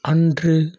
அன்று